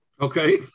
Okay